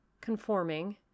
conforming